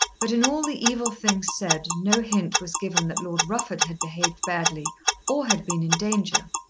but in all the evil things said no hint was given that lord rufford had behaved badly or had been in danger.